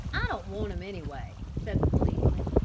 i don't want him anyway, said the policeman,